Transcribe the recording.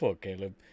caleb